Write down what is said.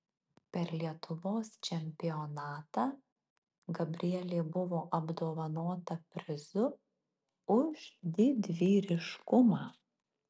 per lietuvos čempionatą gabrielė buvo apdovanota prizu už didvyriškumą